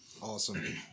awesome